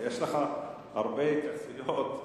יש לך הרבה התייחסויות.